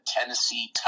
Tennessee